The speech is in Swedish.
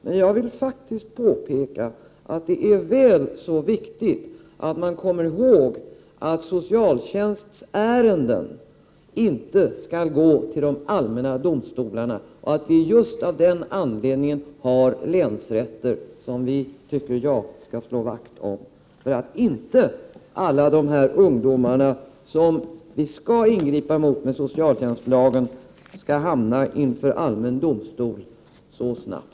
Men jag vill påpeka att det är väl så viktigt att komma ihåg att socialtjänstärenden inte skall gå till de allmänna domstolarna och att det är just av den anledningen det finns länsrätter, som vi bör slå vakt om, för att inte alla dessa ungdomar, som man skall ingripa mot med socialtjänstlagen, skall hamna inför allmän domstol så snabbt.